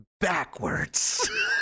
backwards